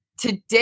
Today